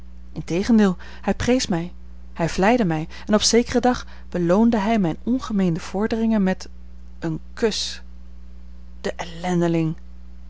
integendeel hij prees mij hij vleide mij en op zekeren dag beloonde hij mijne ongemeene vorderingen met een kus de ellendeling